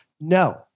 No